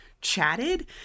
chatted